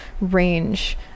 range